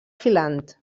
filant